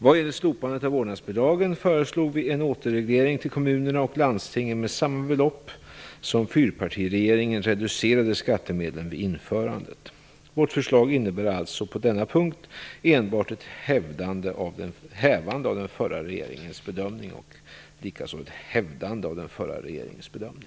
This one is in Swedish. Vad gäller slopandet av vårdnadsbidragen föreslog vi en återreglering till kommuner och landsting med samma belopp som fyrpartiregeringen reducerade skattemedlen med vid införandet. Vårt förslag innebar alltså på denna punkt enbart ett hävande och ett hävdande av den förra regeringens bedömning.